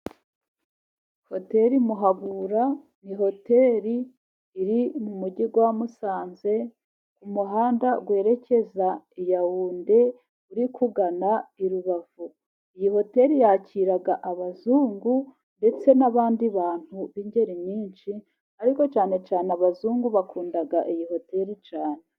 Hotel muhabura ni hotel iri mu mujyi wa musanze, mumuhanda werekeza iyawunde uri kugana i rubavu, iyi hotel yakira abazungu ndetse n'abandi bantu b'ingeri nyinshi, ariko cyane cyane abazungu bakunda iyi hotel cyane.